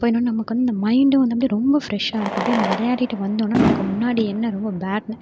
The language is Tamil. நமக்கு வந்து இந்த மைண்ட்டும் வந்து அப்படியே ரொம்ப ஃபிரெஷ்ஷாயிருக்கும் அப்படியே இந்த விளையாடிகிட்டு வந்தோம்ன்னா நமக்கு முன்னாடி என்ன ரொம்ப பேட்